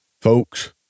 Folks